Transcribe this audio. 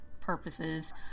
purposes